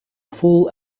full